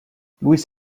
luis